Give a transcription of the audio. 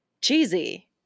cheesy